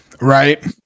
right